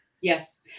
Yes